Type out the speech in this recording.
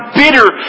bitter